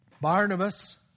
Barnabas